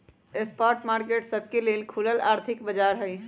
spot market सबके लेल खुलल आर्थिक बाजार हइ